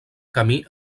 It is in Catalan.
camí